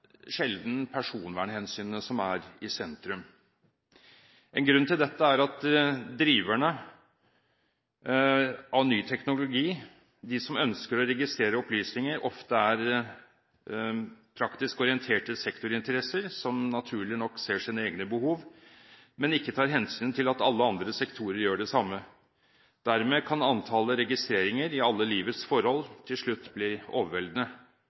sjelden personvernhensynet som er i sentrum. En grunn til dette er at driverne av ny teknologi, de som ønsker å registrere opplysninger, ofte er praktisk orienterte sektorinteresser, som naturlig nok ser sine egne behov, men ikke tar hensyn til at andre sektorer gjør det samme. Dermed kan antallet registreringer i alle livets forhold til slutt bli overveldende,